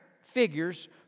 figures